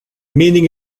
meaning